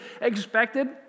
expected